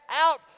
out